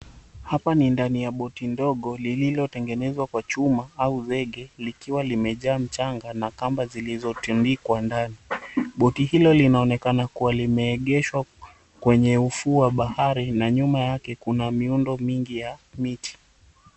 Hapa ni ndani ya boti ndogo lililotengenezwa kwa chuma au vege likiwa limejaa mchanga na kamba zilizotundikwa ndani. Boti hilo linaonekana kuwa limeegeshwa kwenye ufuo wa bahari na nyuma yake kuna miundo mingi ya miti.